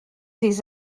des